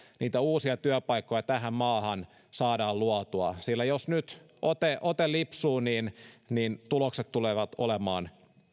niitä uusia työpaikkoja tähän maahan saadaan luotua jos nyt ote ote lipsuu niin niin tulokset tulevat olemaan